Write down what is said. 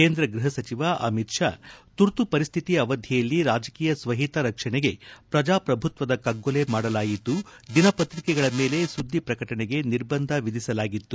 ಕೇಂದ್ರ ಗೃಹ ಸಚಿವ ಅಮಿತ್ ಷಾ ತುರ್ತು ಪರಿಶ್ಶಿತಿ ಅವಧಿಯಲ್ಲಿ ರಾಜಕೀಯ ಸ್ವಹಿತ ರಕ್ಷಣೆಗೆ ಪ್ರಜಾಪ್ರಭುತ್ವದ ಕಗ್ಗೊಲೆ ಮಾಡಲಾಯಿತು ದಿನಪತ್ರಿಕೆಗಳ ಮೇಲೆ ಸುದ್ದಿ ಪ್ರಕಟಣೆಗೆ ನಿರ್ಬಂಧ ವಿಧಿಸಲಾಗಿತ್ತು